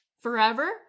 Forever